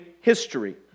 history